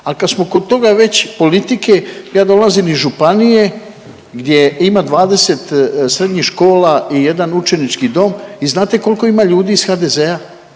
Al kad smo kod toga već politike, ja dolazim iz županije gdje ima 20 srednjih škola i jedan učenički dom i znate koliko ima ljudi iz HDZ-a?